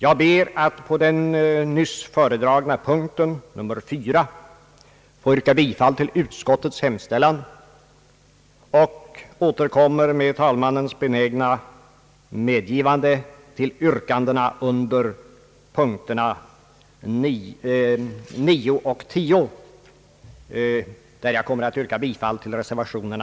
Jag ber att på punkt 4 få yrka bifall till utskottets hemställan och återkommer, med herr talmannens benägna medgivande, till yrkandena under punkterna 9 och 10, där jag kommer att yrka bifall till reservationerna.